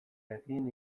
egin